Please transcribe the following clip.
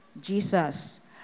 Jesus